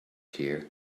here